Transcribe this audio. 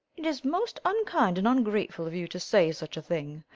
it is most unkind and ungrateful of you to say such a thing.